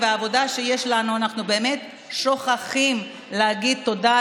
אז ככה שזה לא משהו נגדך ולא משהו נגד הכנסת.